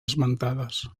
esmentades